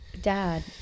dad